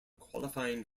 qualifying